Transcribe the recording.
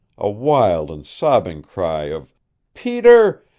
a wild and sobbing cry of peter,